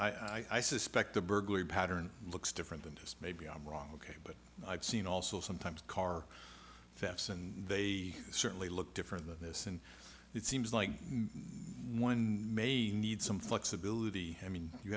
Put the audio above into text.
but i suspect the burglary pattern looks different than just maybe i'm wrong ok but i've seen also sometimes car thefts and they certainly look different than this and it seems like one may need some flexibility i mean you